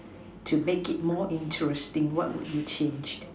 to make it more interesting what would you change